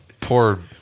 poor